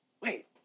Wait